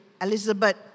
Elizabeth